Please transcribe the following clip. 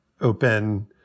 open